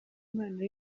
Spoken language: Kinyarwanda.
impano